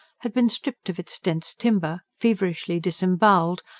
had been stripped of its dense timber, feverishly disembowelled,